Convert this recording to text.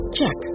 Check